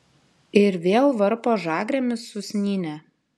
ir vėl varpo žagrėmis usnynę